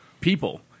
people